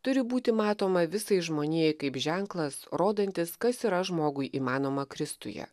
turi būti matoma visai žmonijai kaip ženklas rodantis kas yra žmogui įmanoma kristuje